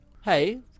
Hey